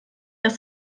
dass